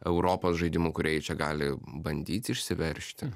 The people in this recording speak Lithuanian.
europos žaidimų kūrėjai čia gali bandyt išsiveržti